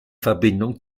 verbindung